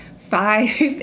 five